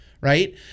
Right